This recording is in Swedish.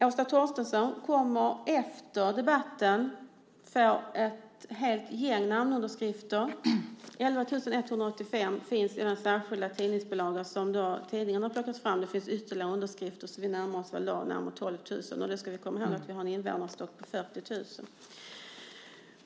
Åsa Torstensson kommer efter debatten att få ta emot ett helt gäng namnunderskrifter. Det finns 11 185 namnunderskrifter i den särskilda tidningsbilagan. Det finns ytterligare namnunderskrifter, så den totala siffran är närmare 12 000. Då ska man komma ihåg att vi har ett invånarantal på 40 000.